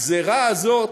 הגזירה הזאת